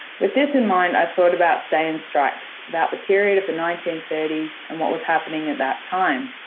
with this in mind, i've thought about staying strikes about the period of the nineteen thirty s and what was happening at that time.